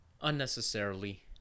unnecessarily